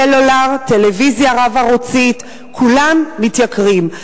סלולר, טלוויזיה רב-ערוצית, כולם מתייקרים.